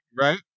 right